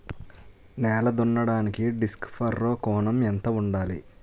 నేల దున్నడానికి disc furrow కోణం ఎంత ఉండాలి?